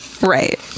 right